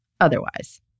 otherwise